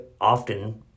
often